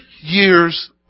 years